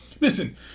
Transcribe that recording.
Listen